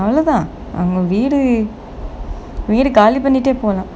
அவளோ தான் அவுங்க வீடு காலி பண்ணிட்டே போலாம்:avalo thaan avunga veedu gaali pannittae polaam